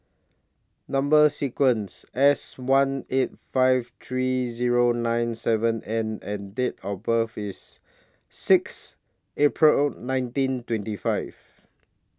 Number sequence S one eight five three Zero nine seven N and Date of birth IS six April nineteen twenty five